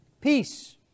Peace